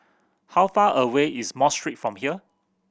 how far away is Mosque Street from here